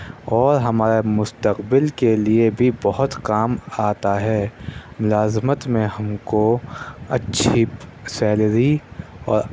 اور ہمارے مستقبل کے لئے بھی بہت کام آتا ہے ملازمت میں ہم کو اچھی سیلری اور